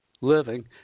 living